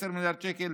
10 מיליארד שקל.